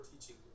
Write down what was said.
teaching